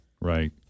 Right